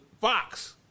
fox